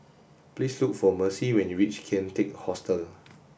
please look for Mercy when you reach Kian Teck Hostel